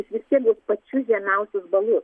jis vis tiek gaus pačius žemiausius balus